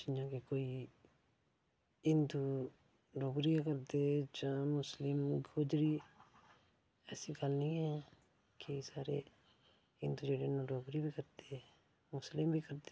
जियां के कोई हिंदू डोगरी करदे जां मुस्लिम गोजरी ऐसी गल्ल नी ऐ के सारे हिंदू जेह्ड़े न डोगरी बी करदे ते मुस्लिम बी करदे